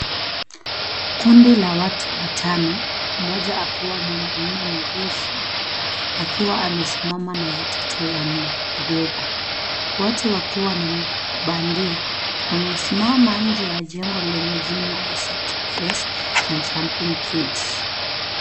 Kundi la watu watano, mmoja akiwa mwanaume mrefu, akiwa amesimama na watoto wanne wadogo. Wote wakiwa na miguu bandia. Wamesimama nje ya jengo lenye jina, Express na jumping kids .